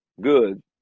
good